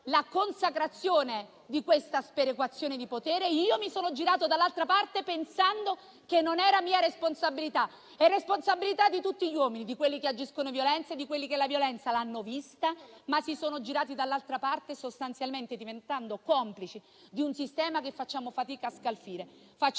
la consacrazione di questa sperequazione di potere, pensando che non fosse mia responsabilità. È responsabilità di tutti gli uomini, di quelli che commettono violenza e di quelli che la violenza l'hanno vista, ma si sono girati dall'altra parte, sostanzialmente diventando complici di un sistema che facciamo fatica a scalfire,